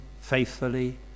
faithfully